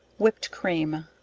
whipt cream.